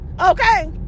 Okay